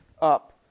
Up